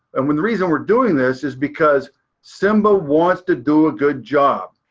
and when the reason we're doing this is because simba wants to do a good job.